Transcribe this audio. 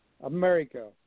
America